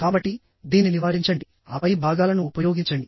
కాబట్టి దీన్ని నివారించండి ఆపై భాగాలను ఉపయోగించండి